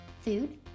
Food